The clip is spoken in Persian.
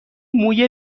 موی